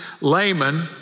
layman